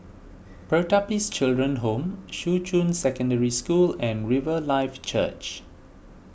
Pertapis Children Home Shuqun Secondary School and Riverlife Church